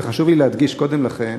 וחשוב לי להדגיש קודם לכן